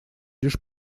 лишь